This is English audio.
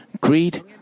greed